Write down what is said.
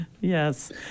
yes